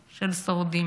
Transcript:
של שורדים.